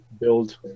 build